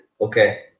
okay